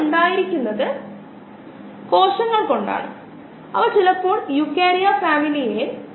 ഉദാഹരണത്തിന് ബ്രെഡിൽ വളരുന്ന ഒരു സാധാരണ മോൾഡ് ആണ് ആസ്പർജില്ലസ് നൈഗർ